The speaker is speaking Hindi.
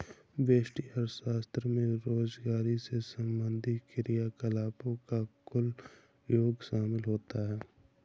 व्यष्टि अर्थशास्त्र में बेरोजगारी से संबंधित क्रियाकलापों का कुल योग शामिल होता है